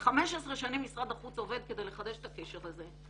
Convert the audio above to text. ו-15 שנים משרד החוץ עובד כדי לחדש את הקשר הזה,